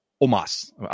Omas